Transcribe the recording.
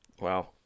Wow